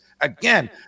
Again